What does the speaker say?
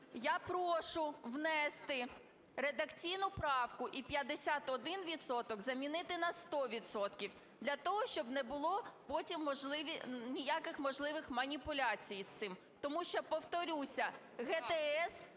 Я прошу внести редакційну правку і "51 відсоток" замінити на "100 відсотків", для того, щоб не було потім ніяких можливих маніпуляцій із цим. Тому що, повторюся, ГТС